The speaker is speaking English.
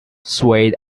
swayed